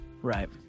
Right